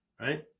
Right